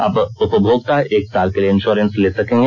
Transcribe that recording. अब उपभोक्ता एक साल के लिए इंश्योरेंस ले सकते हैं